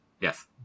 Yes